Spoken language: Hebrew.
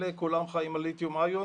שאלה כולם חיים על ליתיום-איון